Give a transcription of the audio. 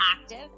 active